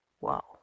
Wow